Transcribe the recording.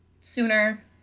sooner